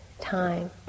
time